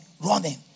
Running